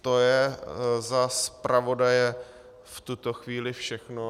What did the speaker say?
To je za zpravodaje v tuto chvíli všechno.